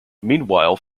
meanwhile